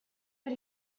but